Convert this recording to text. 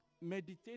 meditate